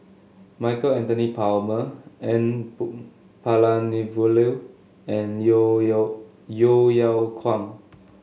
Michael Anthony Palmer N Palanivelu and Yeo Yeow Yeo Yeow Kwang